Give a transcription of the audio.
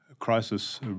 crisis